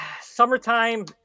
summertime